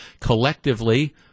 collectively –